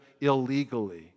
illegally